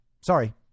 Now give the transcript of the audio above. sorry